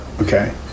okay